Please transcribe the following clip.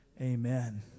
Amen